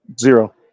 zero